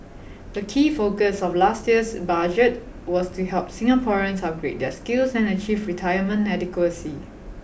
a key focus of last year's budget was to help Singaporeans upgrade their skills and achieve retirement adequacy